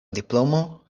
diplomo